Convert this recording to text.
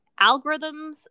Algorithms